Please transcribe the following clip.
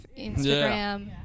Instagram